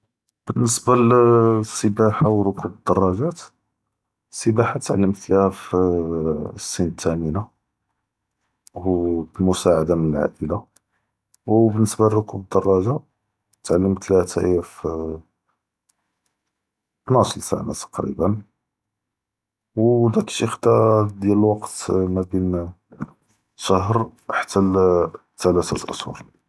באלניסבה לסבאחה ו רכוב אלדראגאת, אלסבאחה תעלמת ליהא פ סן אלתאמנה ו במעאסעדה מן אלעא’ילה, ו בניסבה לרכוב אלדראגה תעלמת ליהא חתה היא פ אלתנאש סנה תכריבא, ו דאק שאי ח’דה דיאל אלוווקט מא בין חודש חתה ל תלתה אחשור.